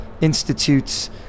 institutes